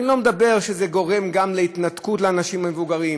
אני לא מדבר על כך שזה גורם גם להתנתקות של אנשים מבוגרים,